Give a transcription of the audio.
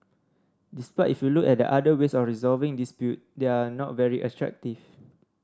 despite if you look at the other ways of resolving dispute they are not very